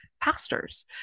pastors